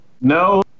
No